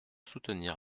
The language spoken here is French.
soutenir